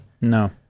No